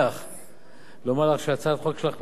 לומר לך שהצעת החוק שלך כבר התייתרה לגמרי,